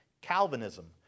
Calvinism